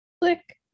Click